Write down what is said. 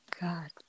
God